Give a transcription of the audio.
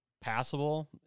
passable